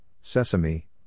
sesame